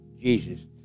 Jesus